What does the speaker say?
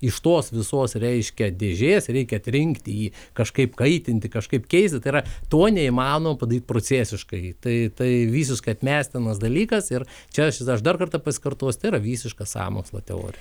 iš tos visos reiškia dėžės reikia atrinkti jį kažkaip kaitinti kažkaip keisti tai yra to neįmanoma padaryti procesiškai tai tai visus kad mestamas dalykas ir čia aš dar kartą pasikartosiu tėra visiška sąmokslo teorija